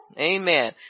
Amen